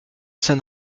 san